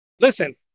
Listen